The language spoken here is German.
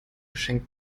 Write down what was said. geschenk